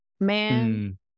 man